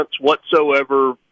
whatsoever